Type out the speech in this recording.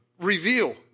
reveal